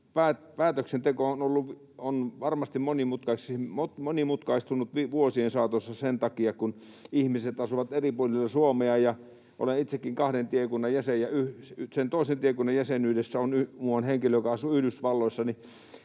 päätöksenteko on varmasti monimutkaistunut vuosien saatossa sen takia, kun ihmiset asuvat eri puolilla Suomea. Olen itsekin kahden tiekunnan jäsen, ja sen toisen tiekunnan jäsenistössä on muuan henkilö, joka asuu Yhdysvalloissa.